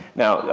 now, ah,